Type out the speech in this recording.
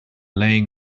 laying